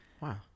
Wow